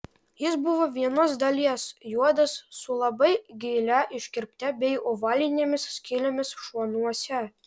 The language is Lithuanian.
jis buvo vienos dalies juodas su labai gilia iškirpte bei ovalinėmis skylėmis šonuose